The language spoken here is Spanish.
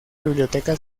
biblioteca